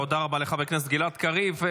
תודה רבה לחבר הכנסת גלעד קריב.